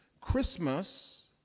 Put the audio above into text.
Christmas